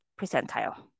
percentile